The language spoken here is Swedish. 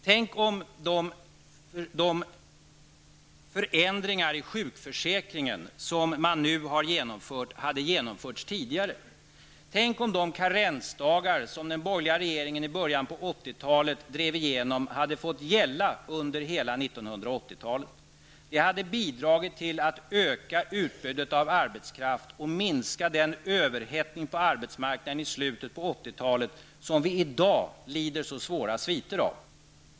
Tänk om de förändringar i sjukförsäkringen som man nu har genomfört hade genomförts tidigare! Tänk om de karensdagar som den borgerliga regeringen i början av 80-talet drev igenom hade fått gälla under hela 1980-talet! Det hade bidragit till att öka utbudet av arbetskraft och minska den överhettning på arbetsmarknaden i slutet på 80 talet som vi i dag lider så svåra sviter av.